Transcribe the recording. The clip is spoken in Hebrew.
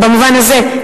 במובן הזה,